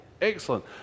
Excellent